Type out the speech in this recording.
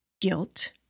guilt